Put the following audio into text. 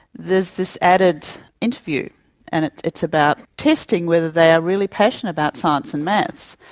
this this added interview and it's about testing whether they are really passionate about science and maths.